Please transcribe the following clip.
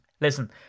listen